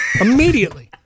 immediately